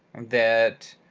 that